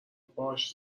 پاهاش